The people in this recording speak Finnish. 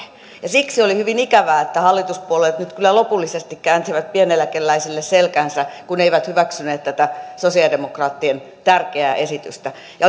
siksi oli hyvin ikävää että hallituspuolueet nyt kyllä lopullisesti käänsivät pieneläkeläisille selkänsä kun eivät hyväksyneet tätä sosiaalidemokraattien tärkeää esitystä ja